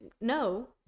no